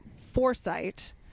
foresight